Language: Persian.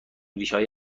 ریشههای